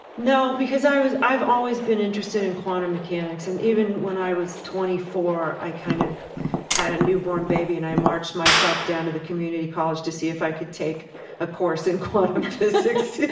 no, because i was i've always been interested in quantum mechanics. and even when i was twenty four, i kind of had a newborn baby and i marched myself down to the community college to see if i could take a course in quantum physics.